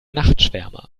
nachtschwärmer